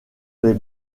les